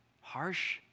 Harsh